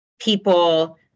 people